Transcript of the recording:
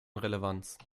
relevanz